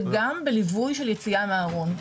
וגם בליווי של יציאה מהארון.